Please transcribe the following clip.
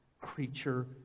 creature